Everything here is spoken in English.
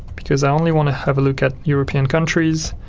because i only want to have a look at european countries